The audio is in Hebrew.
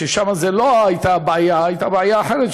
ששם לא זו הייתה הבעיה אלא הייתה בעיה אחרת,